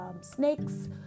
snakes